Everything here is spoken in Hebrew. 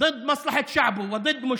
מהדבר האמיתי.